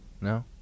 No